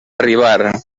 arribar